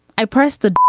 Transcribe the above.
i pressed ah